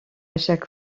chaque